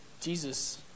Jesus